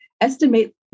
estimate